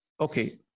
Okay